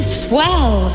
swell